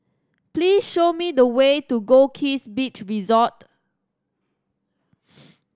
please show me the way to Goldkist Beach Resort